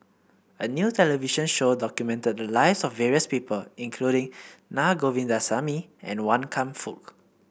a new television show documented the lives of various people including Na Govindasamy and Wan Kam Fook